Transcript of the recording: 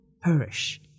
perish